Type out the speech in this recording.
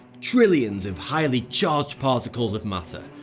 trillions of highly charged particles of matter.